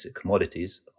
commodities